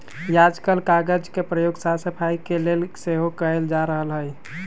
याजकाल कागज के प्रयोग साफ सफाई के लेल सेहो कएल जा रहल हइ